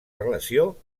relació